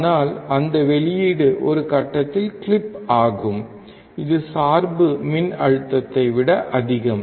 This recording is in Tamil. ஆனால் அந்த வெளியீடு ஒரு கட்டத்தில் கிளிப் ஆகும் இது சார்பு மின்னழுத்தத்தை விட அதிகம்